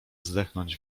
zdechnąć